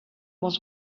was